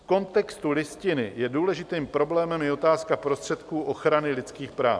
V kontextu Listiny je důležitým problémem i otázka prostředků ochrany lidských práv.